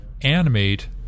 animate